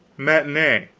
matinee.